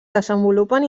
desenvolupen